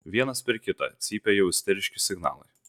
vienas per kitą cypia jau isteriški signalai